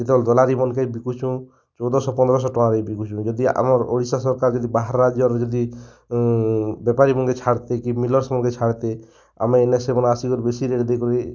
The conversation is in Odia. ଯେତେବେଲେ ଦଲାଲି ମାନ୍କେ ବିକୁଛୁଁ ଚଉଦଶହ ପନ୍ଦରଶହ ଟଙ୍କାରେ ବିକୁଛୁଁ ଯଦି ଆମର୍ ଓଡ଼ିଶା ସରକାର୍ ଯଦି ବାହାର୍ ରାଜ୍ୟର ଯଦି ବେପାରୀ ମାନ୍କେ ଛାଡ଼୍ତେ କି ମିଲର୍ସ ମାନ୍କେ ଛାଡ଼୍ତେ ଆମେ ଇନେ ସେମାନେ ଆସିକରି ବେଶୀ ରେଟ୍ ଦେଇକରି